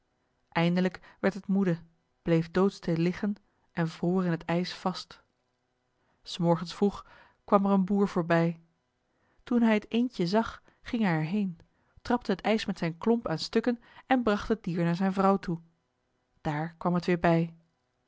eindelijk werd het moede bleef doodstil liggen en vroor in het ijs vast s morgens vroeg kwam er een boer voorbij toen hij het eendje zag ging hij er heen trapte het ijs met zijn klomp aan stukken en bracht het dier naar zijn vrouw toe daar kwam het weer bij